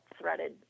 threaded